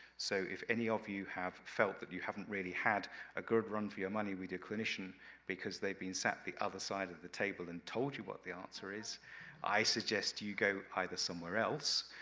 so, if any of you have felt that you haven't really had a good run for your money with your clinician because they've been sat on the other side of the table and told you what the answer is i suggest you go either somewhere else,